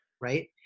right